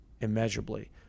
immeasurably